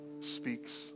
speaks